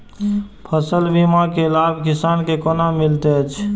फसल बीमा के लाभ किसान के कोना मिलेत अछि?